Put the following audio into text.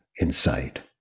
insight